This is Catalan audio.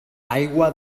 aigua